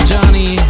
Johnny